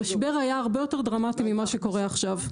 המשבר היה הרבה יותר דרמטי ממה שקורה עכשיו.